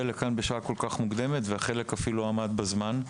לכאן בשעה כל כך מוקדמת וחלק אפילו עמד בזמן.